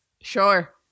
Sure